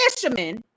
fisherman